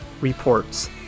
reports